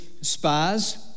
spies